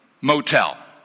Motel